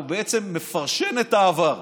הוא בעצם מפרשן את העבר,